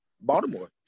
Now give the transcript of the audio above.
Baltimore